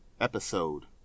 episode